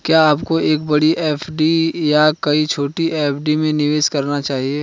क्या आपको एक बड़ी एफ.डी या कई छोटी एफ.डी में निवेश करना चाहिए?